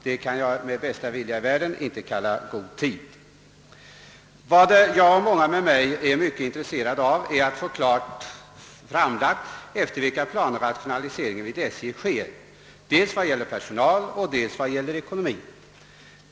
Det kan jag med bästa vilja i världen inte kalla god tid. Vad jag — och många med mig — är mycket intresserad av är att få klart redovisat efter vilka planer rationaliseringarna vid SJ sker dels vad gäller personalen, dels med hänsyn till ekonomien.